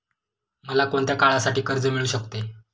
मला कोणत्या काळासाठी कर्ज मिळू शकते?